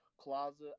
closet